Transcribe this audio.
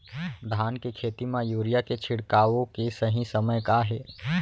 धान के खेती मा यूरिया के छिड़काओ के सही समय का हे?